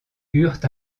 eurent